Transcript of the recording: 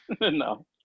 No